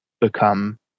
become